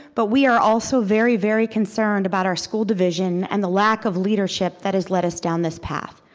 but we are also very very concerned about our school division and the lack of leadership that has lead us down this path.